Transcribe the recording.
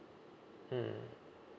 mm